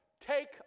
take